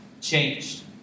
changed